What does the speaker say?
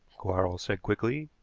quarles said quickly.